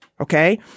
okay